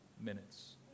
minutes